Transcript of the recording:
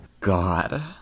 God